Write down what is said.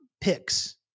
picks